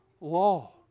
Law